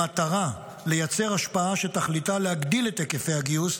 במטרה לייצר השפעה שתכליתה להגדיל את היקפי הגיוס,